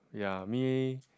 ya me